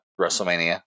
WrestleMania